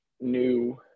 new